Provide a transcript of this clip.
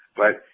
but